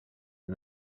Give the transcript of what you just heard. and